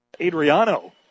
Adriano